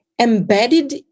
embedded